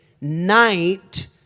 night